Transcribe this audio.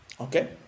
Okay